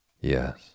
Yes